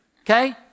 okay